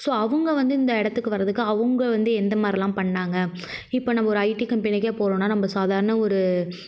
so அவங்க வந்து இந்த இடத்துக்கு வரத்துக்கு அவங்க வந்து எந்த மாதிரிலாம் பண்ணிணாங்க இப்போ நம்ம ஒரு ஐடி கம்பனிக்கே போகிறோம்னா சாதாரண ஒரு